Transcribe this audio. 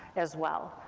as well,